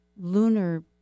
lunar